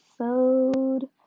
episode